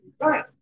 right